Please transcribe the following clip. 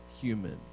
human